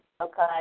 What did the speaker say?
Okay